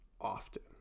often